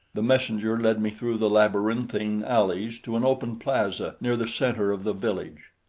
the messenger led me through the labyrinthine alleys to an open plaza near the center of the village.